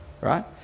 right